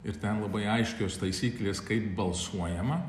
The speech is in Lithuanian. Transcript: ir ten labai aiškios taisyklės kaip balsuojama